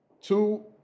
two